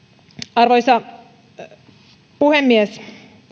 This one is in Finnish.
arvoisa puhemies